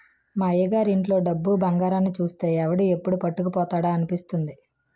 మా అయ్యగారి ఇంట్లో డబ్బు, బంగారాన్ని చూస్తే ఎవడు ఎప్పుడు పట్టుకుపోతాడా అనిపిస్తుంది